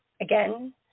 again